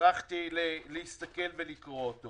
וטרחתי לקרוא אותו